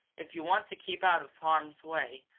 if you want to keep out of harm's way,